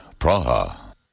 Praha